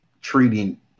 treating